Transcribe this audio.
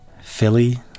Philly